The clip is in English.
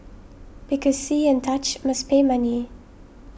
because see and touch must pay money